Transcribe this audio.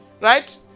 Right